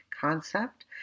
concept